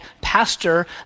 pastor